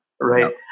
Right